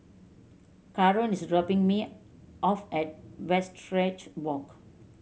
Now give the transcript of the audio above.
Karon is dropping me off at Westridge Walk